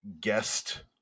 guest